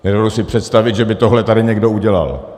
Nedovedu si představit, že by tohle tady někdo udělal.